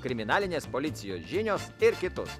kriminalinės policijos žinios ir kitus